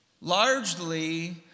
largely